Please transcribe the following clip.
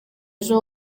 ejo